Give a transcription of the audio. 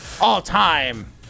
all-time